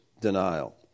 denial